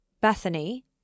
Bethany